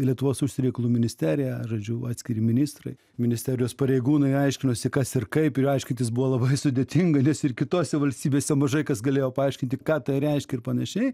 lietuvos užsienio reikalų ministerija žodžiu atskiri ministrai ministerijos pareigūnai aiškinosi kas ir kaip ir aiškintis buvo labai sudėtinga nes ir kitose valstybėse mažai kas galėjo paaiškinti ką tai reiškia ir panašiai